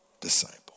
disciple